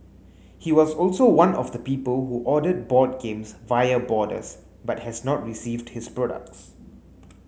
he was also one of the people who ordered board games via Boarders but has not received his products